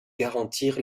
garantir